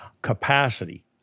Capacity